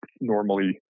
normally